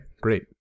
great